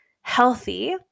healthy